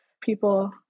people